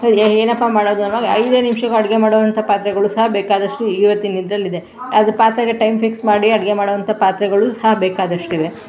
ಏನಪ್ಪ ಮಾಡೋದು ಅನ್ವಾಗ ಐದೇ ನಿಮ್ಷಕ್ಕೆ ಅಡುಗೆ ಮಾಡುವಂಥ ಪಾತ್ರೆಗಳು ಸಹ ಬೇಕಾದಷ್ಟು ಇವತ್ತಿನ ಇದರಲ್ಲಿದೆ ಅದು ಪಾತ್ರೆಗೆ ಟೈಮ್ ಫಿಕ್ಸ್ ಮಾಡಿ ಅಡುಗೆ ಮಾಡುವಂಥ ಪಾತ್ರೆಗಳು ಸಹ ಬೇಕಾದಷ್ಟಿವೆ